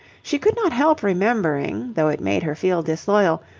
she could not help remembering, though it made her feel disloyal,